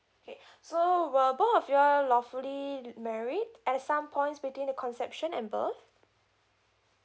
okay so were both of you all lawfully married at some points between the conception and birth